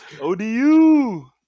ODU